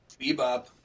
Bebop